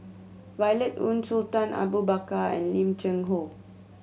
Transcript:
Violet Oon Sultan Abu Bakar and Lim Cheng Hoe